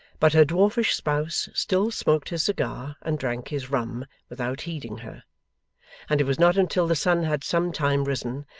but her dwarfish spouse still smoked his cigar and drank his rum without heeding her and it was not until the sun had some time risen,